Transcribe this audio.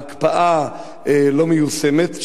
ההקפאה לא מיושמת,